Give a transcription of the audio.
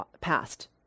passed